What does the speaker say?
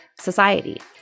society